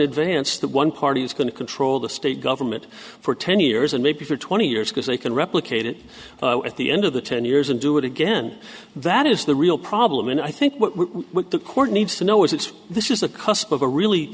advance that one party is going to control the state government for ten years and maybe for twenty years because they can replicate it at the end of the ten years and do it again that is the real problem and i think what the court needs to know is it's this is the cusp of a really